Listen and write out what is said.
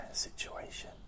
situation